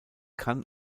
kann